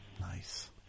Nice